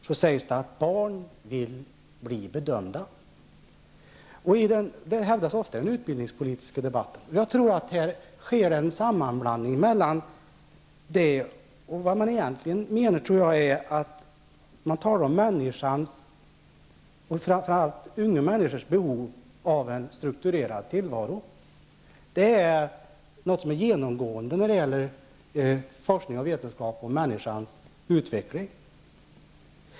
Det sägs att barn vill bli bedömda. Detta hävdas ofta i den utbildningspolitiska debatten. Jag tror att det här sker en sammanblandning. Det man egentligen menar är människans, framför allt unga människors, behov av en strukturerad tillvaro. Det är något som är genomgående när det gäller vetenskap och forskning om människans utveckling.